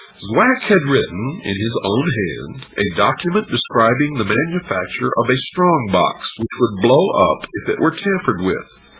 zwack had written, in his own hand, a document describing the manufacture of a strong-box which would blow up if it were tampered with.